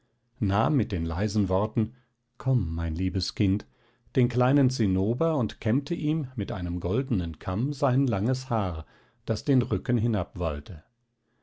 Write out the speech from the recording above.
nahm mit den leisen worten komm mein liebes kind den kleinen zinnober und kämmte ihm mit einem goldenen kamm sein langes haar das den rücken